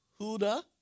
Huda